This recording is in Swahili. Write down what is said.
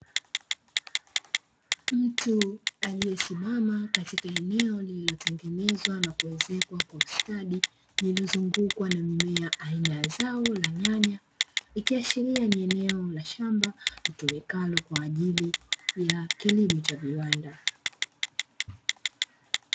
Mtu aliyesimama katika eneo lililotengenezwa na kuezekwa kwa ustadi lililozungukwa na mimea aina ya zao la nyanya, ikiashiria ni eneo la shamba litumikalo kwa ajili ya kilimo cha viwanda.